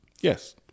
Yes